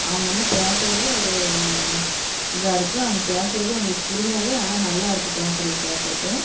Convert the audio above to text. அவங்க வந்து பேசறது ஒரு இதாக இருக்கும் அவுங் பேசுறது எங்களுக்கு புரியாது ஆனால் நல்லாயிருக்கு பேசுறது கேட்கறக்கு